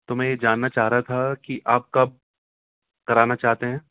تو میں یہ جاننا چاہ رہا تھا کہ آپ کب کرانا چاہتے ہیں